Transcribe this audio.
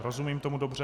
Rozumím tomu dobře?